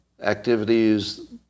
activities